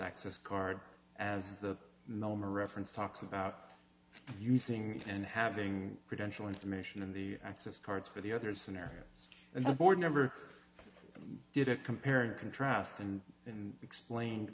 access card as the norm or reference talks about using and having credential information in the access cards for the other scenario and the board never did a compare and contrast and explain